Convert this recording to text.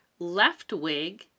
Leftwig